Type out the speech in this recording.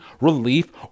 relief